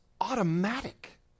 automatic